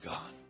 God